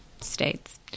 states